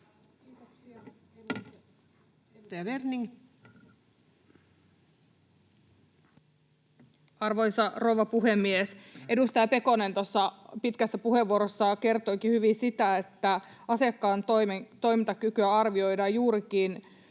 Arvoisa rouva puhemies! Edustaja Pekonen tuossa pitkässä puheenvuorossaan jo kertoikin hyvin siitä, että asiakkaan toimintakykyä arvioidaan juurikin